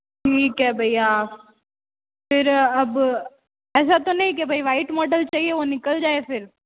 ठीक है भैया फिर अब ऐसा तो नहीं कि भई वाइट मॉडल चाहिए वो निकल जाए फिर